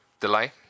delay